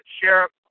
sheriff